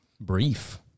brief